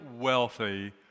wealthy